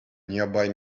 nearby